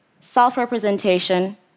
self-representation